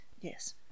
Yes